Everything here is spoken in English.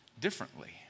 differently